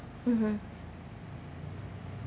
mmhmm